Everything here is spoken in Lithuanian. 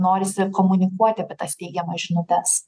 norisi komunikuoti apie tas teigiamas žinutes